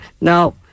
No